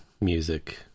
music